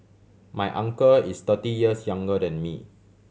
my uncle is thirty years younger than me